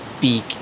beak